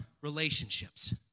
relationships